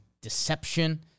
deception